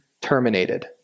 terminated